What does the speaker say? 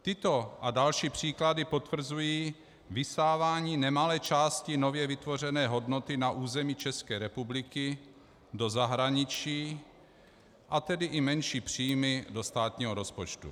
Tyto a další příklady potvrzují vysávání nemalé části nově vytvořené hodnoty na území České republiky do zahraniční, a tedy i menší příjmy do státního rozpočtu.